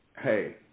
hey